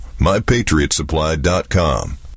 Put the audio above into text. MyPatriotSupply.com